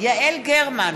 יעל גרמן,